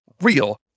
real